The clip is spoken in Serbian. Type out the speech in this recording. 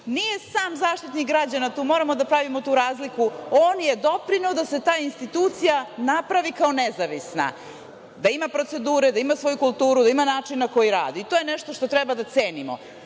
nije sam Zaštitnik građana. Tu moramo da pravimo tu razliku. On je doprineo da se ta institucija napravi kao nezavisna, da ima procedure, da ima svoju kulturu, da ima način na koji radi, i to je nešto što treba da cenimo.